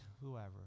whoever